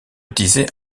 utilisé